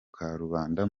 karubanda